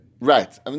Right